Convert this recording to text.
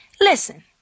Listen